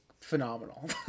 phenomenal